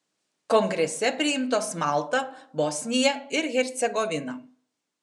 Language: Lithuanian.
kongrese priimtos malta bosnija ir hercegovina